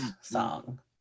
song